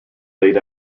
laid